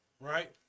right